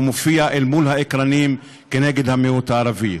והוא מופיע על האקרנים כנגד המיעוט הערבי.